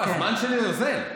הזמן שלי אוזל.